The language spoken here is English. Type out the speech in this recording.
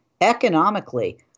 economically